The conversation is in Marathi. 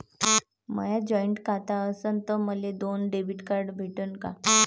माय जॉईंट खातं असन तर मले दोन डेबिट कार्ड भेटन का?